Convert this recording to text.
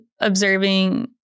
observing